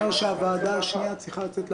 שהוועדה השנייה צריכה לצאת להפסקה.